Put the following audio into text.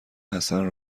حسن